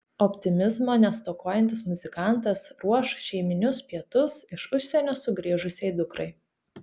optimizmo nestokojantis muzikantas ruoš šeiminius pietus iš užsienio sugrįžusiai dukrai